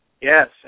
Yes